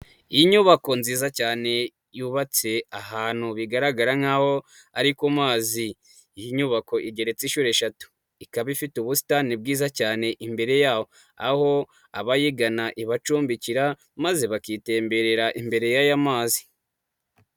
Iyi nyubako nziza cyane yubatse ahantu bigaragara nk'aho ari ku mazi, iyi nyubako igeretse inshuro eshatu, ikaba ifite ubusitani bwiza cyane imbere yayo, aho abayigana ibacumbikira maze bakitemberera imbere y'aya mazi.